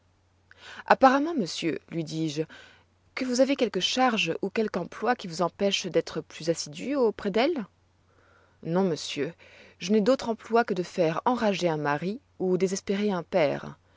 apparemment monsieur lui dis-je que vous avez quelque charge ou quelque emploi qui vous empêche d'être plus assidu auprès d'elles non monsieur je n'ai d'autre emploi que de faire enrager un mari ou désespérer un père